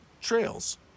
Trails